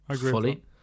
fully